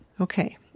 Okay